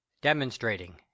demonstrating